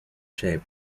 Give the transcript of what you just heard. shaped